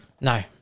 No